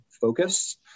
focus